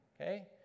okay